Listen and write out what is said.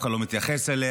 אף אחד לא מתייחס אליה,